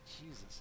Jesus